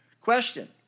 Question